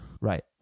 right